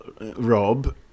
Rob